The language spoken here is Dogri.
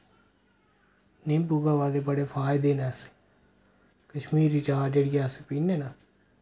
निम्बू कावा दे बड़े फायदे न असें कश्मीरी चा जेह्ड़ी ऐ अस पीने न